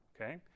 Okay